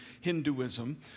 Hinduism